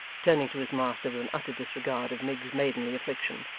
turning to his master, with an utter disregard of miggs's maidenly affliction,